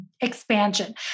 expansion